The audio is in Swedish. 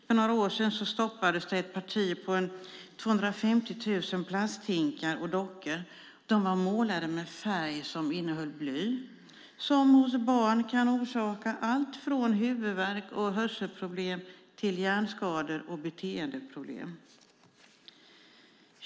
Därifrån stoppades för några år sedan ett parti på 250 000 plasthinkar och dockor. De var målade med färg som innehöll bly, som hos barn kan orsaka allt från huvudvärk och hörselproblem till hjärnskador och beteendeproblem.